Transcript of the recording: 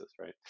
right